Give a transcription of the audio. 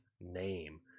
name